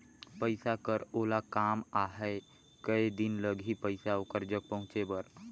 पइसा कर ओला काम आहे कये दिन लगही पइसा ओकर जग पहुंचे बर?